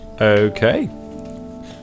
Okay